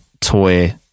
toy